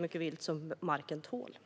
mycket vilt som marken tål.